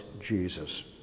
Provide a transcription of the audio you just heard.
Jesus